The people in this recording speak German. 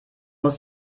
muss